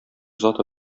заты